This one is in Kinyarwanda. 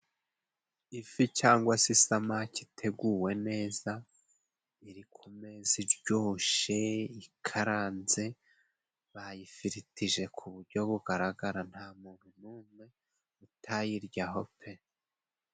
Ifi cyangwa se isamaki iteguwe neza, iri ku meza iryoshe, ikaranze, bayifiritije ku buryo bugaragara nta muntu n'umwe utayirya ho pe!